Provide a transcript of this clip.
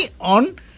on